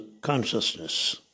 consciousness